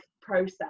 process